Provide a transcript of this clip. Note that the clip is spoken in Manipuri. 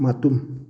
ꯃꯇꯨꯝ